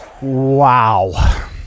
Wow